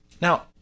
Now